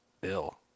Bill